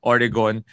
Oregon